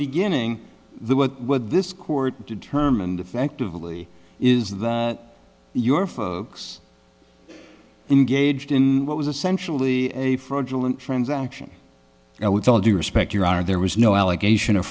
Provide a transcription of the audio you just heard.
beginning the work with this court determined effectively is that your folks in gauged in what was essentially a fraudulent transaction now with all due respect your are there was no allegation of